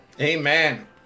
Amen